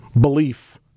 belief